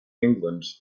england